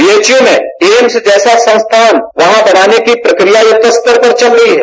BHU में AIIMS जैसा संस्थान वहां बनाने की प्रक्रिया युद्धस्तर पर चल रही है